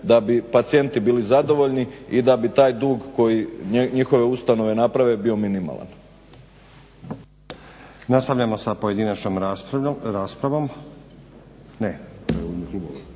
da bi pacijenti bili zadovoljni i da bi taj dug koji njihove ustanove naprave bio minimalan.